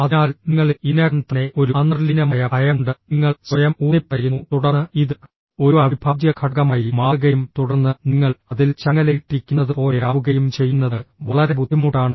അതിനാൽ നിങ്ങളിൽ ഇതിനകം തന്നെ ഒരു അന്തർലീനമായ ഭയം ഉണ്ട് നിങ്ങൾ സ്വയം ഊന്നിപ്പറയുന്നു തുടർന്ന് ഇത് ഒരു അവിഭാജ്യ ഘടകമായി മാറുകയും തുടർന്ന് നിങ്ങൾ അതിൽ ചങ്ങലയിട്ടിരിക്കുന്നതുപോലെയാവുകയും ചെയ്യുന്നത് വളരെ ബുദ്ധിമുട്ടാണ്